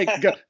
go